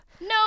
No